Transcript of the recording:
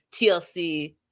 TLC